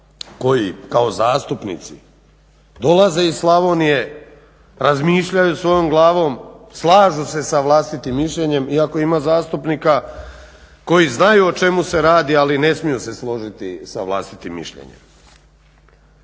koji kao zastupnici dolaze iz Slavonije, razmišljaju svojom glavom, slažu se sa vlastitim mišljenjem, iako ima zastupnika koji znaju o čemu se radi ali ne smiju se složiti sa vlastitim mišljenjem.